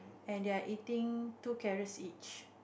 and they're eating two carrots each